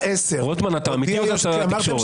בשעה 10:00". אתה אמיתי או זאת הצגה לתקשורת?